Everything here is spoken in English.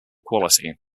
quality